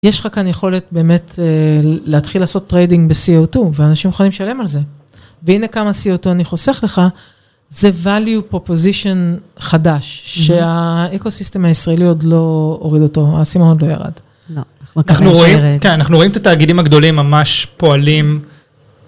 יש לך כאן יכולת באמת להתחיל לעשות טריידינג ב-CO2 ואנשים יכולים לשלם על זה. והנה כמה CO2 אני חוסך לך, זה value proposition חדש, שהאקוסיסטם הישראלי עוד לא הוריד אותו, האסימון עוד לא ירד. לא. - אנחנו רואים את התאגידים הגדולים ממש פועלים.